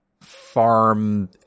farm